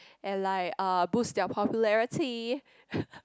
and like uh boost their popularity